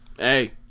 Hey